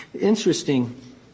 Interesting